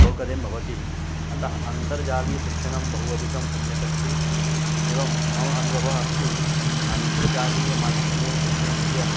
सौकर्यं भवति अतः अन्तर्जालीयशिक्षणं बहु अधिकं सम्यक् अस्ति एवं मम अनुभवः अस्ति अन्तर्जालीयमाध्यमेन शिक्षणस्य